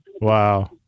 Wow